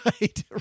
Right